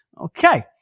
Okay